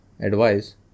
advice